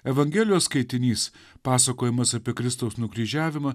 evangelijos skaitinys pasakojimas apie kristaus nukryžiavimą